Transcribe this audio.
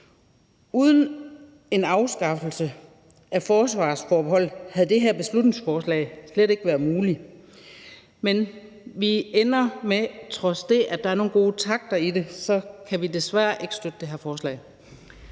Uden en afskaffelse af forsvarsforbeholdet havde det her beslutningsforslag slet ikke været muligt. Men trods det, at der er nogle gode takter i det, ender vi desværre med ikke at kunne støtte det her forslag.